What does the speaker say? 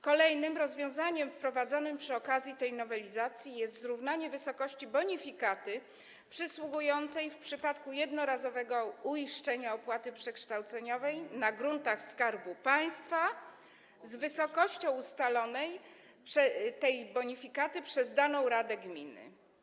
Kolejnym rozwiązaniem wprowadzonym przy okazji tej nowelizacji jest zrównanie wysokości bonifikaty przysługującej w przypadku jednorazowego uiszczenia opłaty przekształceniowej na gruntach Skarbu Państwa z wysokością bonifikaty ustalonej przez daną radę gminy.